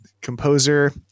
composer